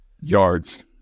yards